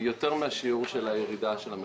יותר מן השיעור של ירידת המכסים.